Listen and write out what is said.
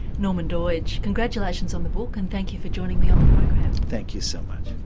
norman doidge, congratulations on the book and thank you for joining me on the program. thank you so much.